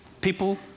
People